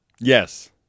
Yes